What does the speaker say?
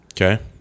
Okay